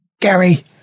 Gary